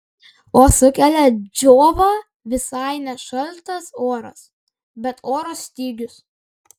o sukelia džiovą visai ne šaltas oras bet oro stygius